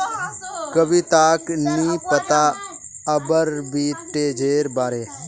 कविताक नी पता आर्बिट्रेजेर बारे